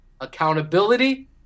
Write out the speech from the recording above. accountability